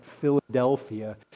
Philadelphia